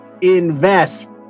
Invest